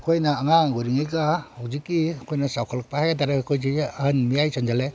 ꯑꯩꯈꯣꯏꯅ ꯑꯉꯥꯡ ꯑꯣꯏꯔꯤꯉꯩꯒ ꯍꯧꯖꯤꯛꯀꯤ ꯑꯩꯈꯣꯏꯅ ꯆꯥꯎꯈꯠꯂꯛꯄ ꯍꯥꯏꯇꯔꯦ ꯑꯩꯈꯣꯏꯁꯤ ꯑꯍꯟ ꯃꯌꯥꯏ ꯆꯟꯖꯜꯂꯦ